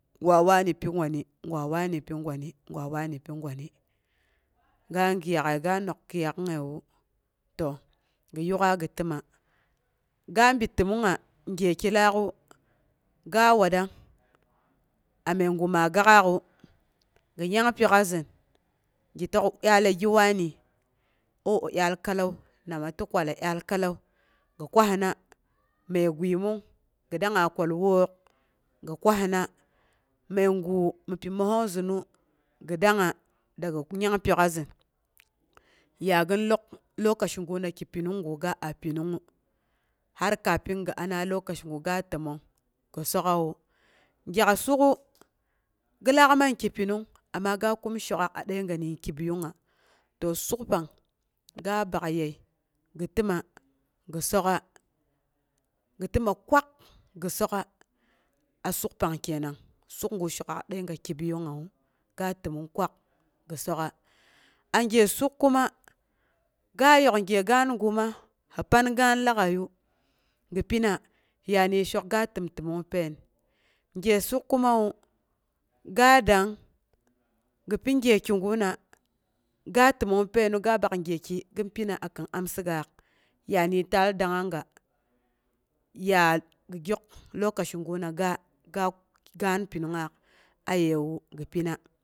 Gwa wani bi gwani, ga wani pi gwani, ga gɨyak'əi'ga nong kɨiyakungngonwu to gi yuk'a gi təma. Ga bi təmongngu gyeki taak'u ga watdang a məigu ma gak'aak'u, gi nyang pyok'a zin, gi tək dyalle gɨ wa- ni? Ooh dyaal kallau, nama ti kurala dyaal kalau gi kwahina məi gwimung gi dangnga kwal wok, gi kwahina məigu mi pi mərsong zɨnu gi dangnga da gi nyang pyok'a zɨn ya gin lok lokaci guna ki pinung gu ga a pinungngu, har kafin gi ana lokaci gu ga təmong gi sok'awu. Gyak suk'u gilaak man kipinung a ga kum shokaak a dəiga ni kibiyungnga to suk pang, ga bakyəi gi təma, gɨ sok'a, gi təma kyak gi sok'a a suk pang kenang. Sukgu shok'aak dəi ga kibiyugna wu, ga təmong kwak gi sok'a, a gye suk kuma ga yok gye gaan guma hi pan gaan lag'aiyu gi pina, ya shok ga təmtəmong pain. Gye suk kumawu, ga dangng gi pi gye kiguna, ga təmong painu ga bak gyeki gin pina akin amsigaak. Ya də taal dangnga ga, ya gi gyok lokaci guna ga, ga kuk gaan pinungnga ayewu gi pina